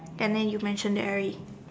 and then you mentioned airy